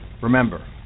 Remember